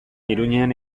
iruñean